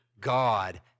God